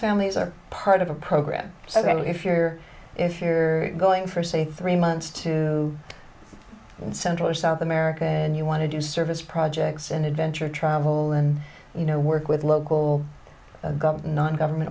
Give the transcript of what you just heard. families are part of a program so that if you're if you're going for say three months to in central or south america and you want to do service projects and adventure travel and you know work with local government non government